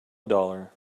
dollar